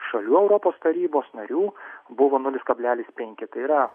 šalių europos tarybos narių buvo nulis kablelis penki tai yra